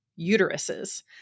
uteruses